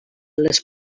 les